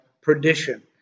perdition